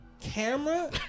Camera